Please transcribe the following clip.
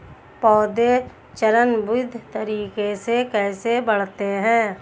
पौधे चरणबद्ध तरीके से कैसे बढ़ते हैं?